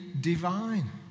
divine